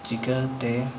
ᱪᱮᱠᱟᱛᱮ